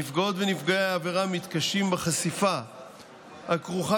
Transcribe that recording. נפגעות ונפגעי העבירה מתקשים בחשיפה הכרוכה